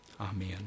amen